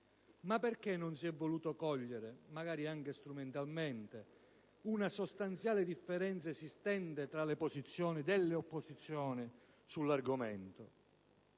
Ma perché non si è voluto cogliere - magari anche strumentalmente - una sostanziale differenza esistente tra le posizioni delle opposizioni sull'argomento?